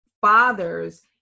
fathers